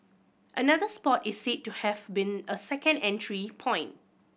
another spot is said to have been a second entry point